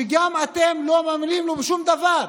שגם אתם לא מאמינים לו בשום דבר: